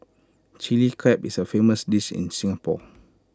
Chilli Crab is A famous dish in Singapore